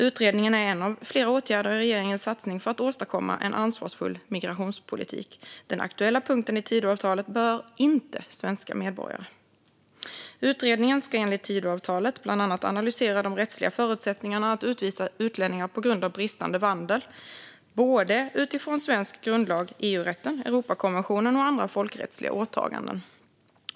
Utredningen är en av flera åtgärder i regeringens satsning för att åstadkomma en ansvarsfull migrationspolitik. Den aktuella punkten i Tidöavtalet berör inte svenska medborgare. Utredningen ska enligt Tidöavtalet bland annat analysera de rättsliga förutsättningarna för att utvisa utlänningar på grund av bristande vandel utifrån den svenska grundlagen, EU-rätten, Europakonventionen och andra folkrättsliga åtaganden.